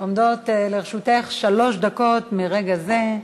עומדות לרשותך שלוש דקות מרגע זה.